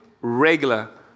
regular